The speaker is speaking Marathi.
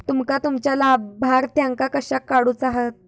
तुमका तुमच्या लाभार्थ्यांका कशाक काढुचा हा?